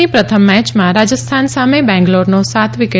ની પ્રથમ મેચમાં રાજસ્થાન સામે બેંગ્લોરનો સાત વિકેટે વિજય